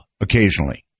occasionally